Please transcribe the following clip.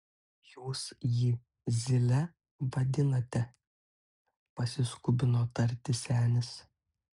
jūs jį zyle vadinate pasiskubino tarti senis